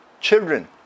children